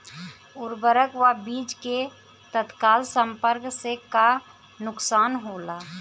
उर्वरक व बीज के तत्काल संपर्क से का नुकसान होला?